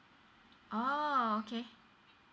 oh okay